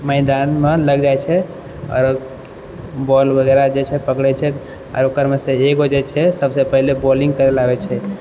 मैदानमे लागि जाइत छै आओर बॉल वगैरह जे छै पकड़ए छै आओर ओकरमे से एगो जे छै सबसे पहिले बॉलिंग करए लए आबैत छै